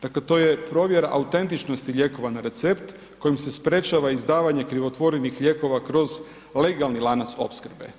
Dakle to je provjera autentičnosti lijekova na recept kojim se sprječava izdavanje krivotvorenih lijekova kroz legalni lanac opskrbe.